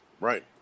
Right